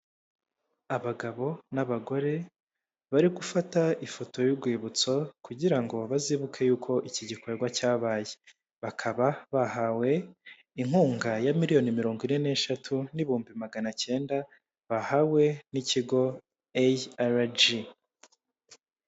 Abagabo n'abagore bari gufata ifoto y'urwibutso kugira ngo bazibuke yuko iki gikorwa cyabaye, bakaba bahawe inkunga ya miliyoni mirongo ine n'eshatu, n'ibihumbi maganacyenda bahawe n'ikigo RG.